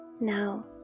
Now